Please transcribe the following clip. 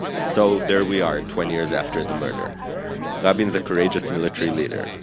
so, there we are, twenty years after the murder rabin's a courageous military leader.